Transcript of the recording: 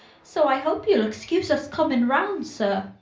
so i hope you'll excuse us coming round, sir.